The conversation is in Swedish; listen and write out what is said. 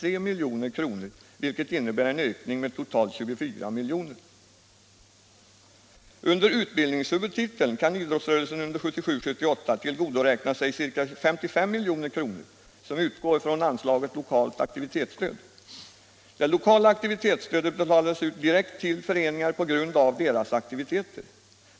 Under utbildningshuvudtiteln kan idrottsrörelsen under 1977/78 tillgodoräkna sig ca 55 milj.kr. som utgår från anslaget Lokalt aktivitetsstöd. Det lokala aktivitetsstödet betalas ut direkt till föreningar på grundval av deras aktiviteter.